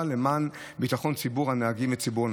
למען ביטחון ציבור הנהגים וציבור הנוסעים.